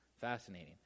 Fascinating